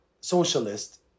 socialist